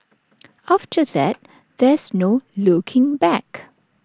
after that there's no looking back